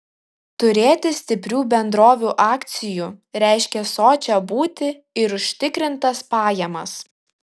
turėti stiprių bendrovių akcijų reiškė sočią būtį ir užtikrintas pajamas